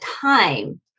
time